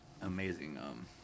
amazing